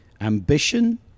ambition